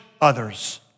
others